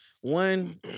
one